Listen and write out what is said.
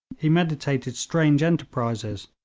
he meditated strange enterprises,